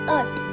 Earth